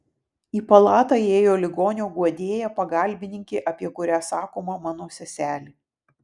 į palatą įėjo ligonio guodėja pagalbininkė apie kurią sakoma mano seselė